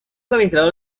administrador